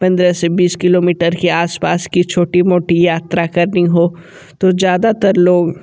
पंद्रह से बीस किलोमीटर की आस पास की छोटी मोटी यात्रा करनी हो तो ज़्यादातर लोग